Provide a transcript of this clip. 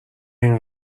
این